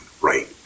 right